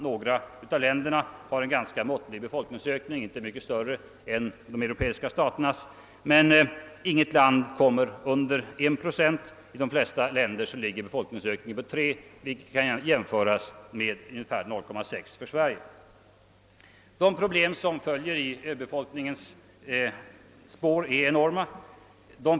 Några av länderna har en ganska måttlig befolkningsökning, inte mycket större än de europeiska staternas, men inget land kommer under 1 procent, och i de flesta länder ligger befolkningsökningen vid 3 procent, vilket kan jämföras med ungefär 0,6 procent för Sverige. De problem som följer i överbefolkningens spår är enorma.